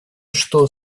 что